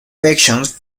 factions